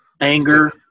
Anger